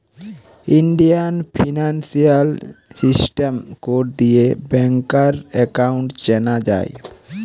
Indian financial system code দিয়ে ব্যাংকার account চেনা যায়